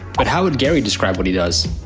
but how would gary describe what he does?